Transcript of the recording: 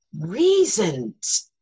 reasons